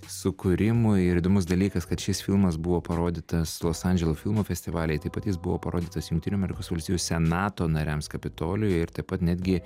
sukūrimui ir įdomus dalykas kad šis filmas buvo parodytas los andželo filmų festivaly taip pat jis buvo parodytas jungtinių amerikos valstijų senato nariams kapitoliui ir taip pat netgi